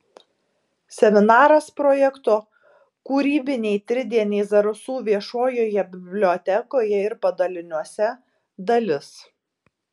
seminaras projekto kūrybiniai tridieniai zarasų viešojoje bibliotekoje ir padaliniuose dalis